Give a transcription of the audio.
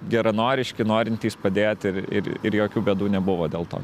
geranoriški norintys padėti ir ir ir jokių bėdų nebuvo dėl to